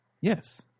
Yes